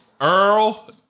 Earl